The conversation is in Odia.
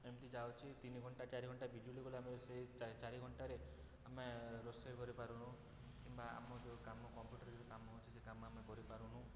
ଏମତି ଯାଉଛି ତିନି ଘଣ୍ଟା ଚାରି ଘଣ୍ଟା ବିଜୁଳି ଗଲେ ଆମେ ସେଇ ଚାରି ଚାରି ଘଣ୍ଟାରେ ଆମେ ରୋଷେଇ କରିପାରୁନୁ କିମ୍ବା ଆମ ଯେଉଁ କାମ କମ୍ପ୍ୟୁଟରରେ ଯେଉଁ କାମ ହଉଛି ସେ କାମ ଆମେ କରିପାରୁନୁ